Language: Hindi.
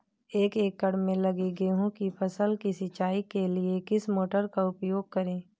एक एकड़ में लगी गेहूँ की फसल की सिंचाई के लिए किस मोटर का उपयोग करें?